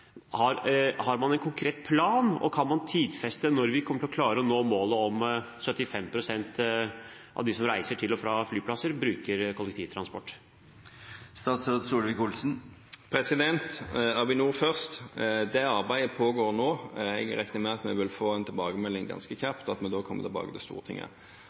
Har man en konkret plan, og kan man tidfeste når vi kommer til å klare å nå målet om at 75 pst. av de som reiser til og fra flyplasser, bruker kollektivtransport? Til Avinor først, der arbeidet pågår nå: Jeg regner med at vi vil få en tilbakemelding ganske kjapt, og at vi da kommer tilbake til Stortinget.